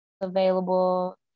available